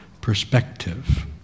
perspective